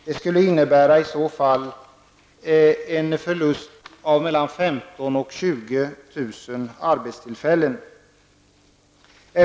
Det innebär att 15 000-- 20 000 arbetstillfällen skulle gå förlorade.